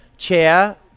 chair